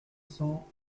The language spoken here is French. cents